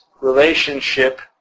relationship